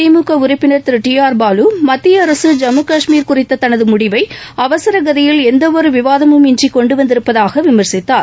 திமுகஉறுப்பினர் திரு T R Balu மத்தியஅரசு ஜம்மு கஷ்மீர் குறித்ததனதுமுடிவைஅவசரகதியில் எந்தவொருவிவாதமும் இன்றிகொண்டுவந்திருப்பதாகவிமர்சித்தார்